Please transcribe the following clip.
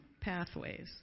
pathways